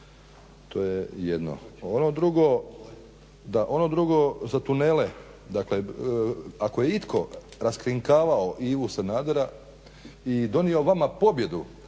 Ono drugo, da ono drugo za tunele, dakle ako je itko raskrinkavao Ivu Sanadera i donio vama pobjedu